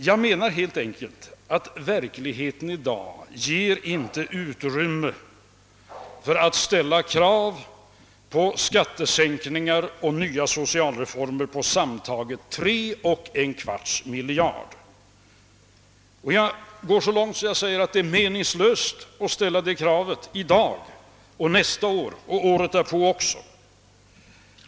Jag menar helt enkelt att verkligheten i dag inte ger utrymme för krav på skattesänkningar och nya socialreformer på sammanlagt 3!/+ miljarder kronor. Jag går så långt att jag säger att det är meningslöst att ställa det kravet i dag, nästa år och året därpå.